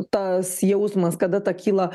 tas jausmas kada ta kyla